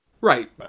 right